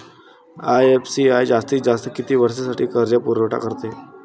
IFCI जास्तीत जास्त किती वर्षासाठी कर्जपुरवठा करते?